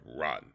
run